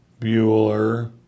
Bueller